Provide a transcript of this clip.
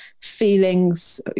feelings